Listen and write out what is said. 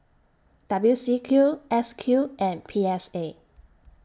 W C Q S Q and P S A